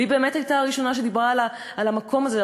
והיא באמת הייתה הראשונה שדיברה על המקום הזה,